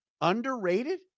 Underrated